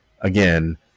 again